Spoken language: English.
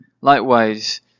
Likewise